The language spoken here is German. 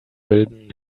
bilden